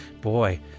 boy